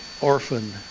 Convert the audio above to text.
orphan